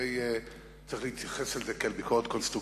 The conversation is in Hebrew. הרי צריך להתייחס אליהן כאל ביקורת קונסטרוקטיבית,